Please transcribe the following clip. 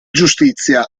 giustizia